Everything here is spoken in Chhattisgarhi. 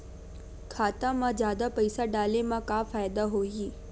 खाता मा जादा पईसा डाले मा का फ़ायदा होही?